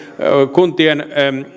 kuntien